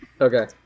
Okay